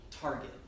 target